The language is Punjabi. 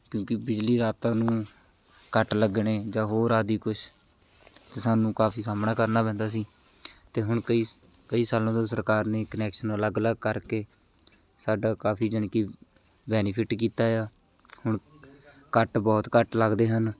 ਕਿਉਂਕਿ ਬਿਜਲੀ ਰਾਤਾਂ ਨੂੰ ਕੱਟ ਲੱਗਣੇ ਜਾਂ ਹੋਰ ਆਦਿ ਕੁਛ ਅਤੇ ਸਾਨੂੰ ਕਾਫੀ ਸਾਹਮਣਾ ਕਰਨਾ ਪੈਂਦਾ ਸੀ ਅਤੇ ਹੁਣ ਕਈ ਕਈ ਸਾਲਾਂ ਤੋਂ ਸਰਕਾਰ ਨੇ ਕਨੈਕਸ਼ਨ ਅਲੱਗ ਅਲੱਗ ਕਰਕੇ ਸਾਡਾ ਕਾਫੀ ਜਾਣੀ ਕਿ ਬੈਨੀਫਿਟ ਕੀਤਾ ਆ ਹੁਣ ਕੱਟ ਬਹੁਤ ਘੱਟ ਲੱਗਦੇ ਹਨ